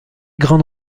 grande